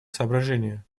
соображения